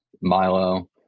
Milo